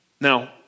Now